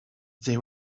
they